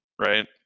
right